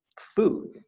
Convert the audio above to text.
food